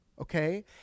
okay